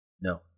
No